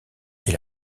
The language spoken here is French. est